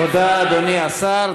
תודה, אדוני השר.